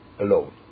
alone